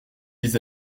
les